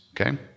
Okay